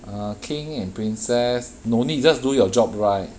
err king and princess no need just do your job right